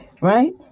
right